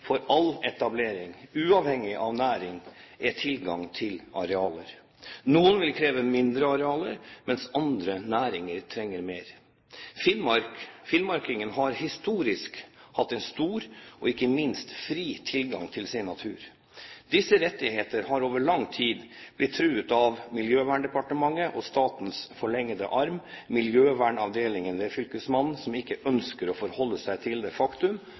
for all etablering, uavhengig av næring, er tilgang til arealer. Noen næringer vil kreve mindre arealer, mens andre trenger mer. Finnmarkingen har historisk hatt en stor og ikke minst fri tilgang til sin natur. Disse rettigheter har over lang tid blitt truet av Miljøverndepartementet og statens forlengede arm, miljøvernavdelingen ved fylkesmannen, som ikke ønsker å forholde seg til det faktum